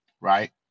right